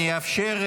אני אאפשר,